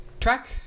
Track